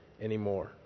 anymore